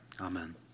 Amen